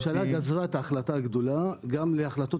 הממשלה גזרה את ההחלטה הגדולה גם להחלטות